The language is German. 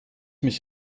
mich